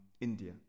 India